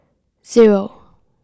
zero